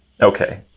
okay